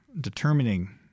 determining